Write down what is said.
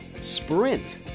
sprint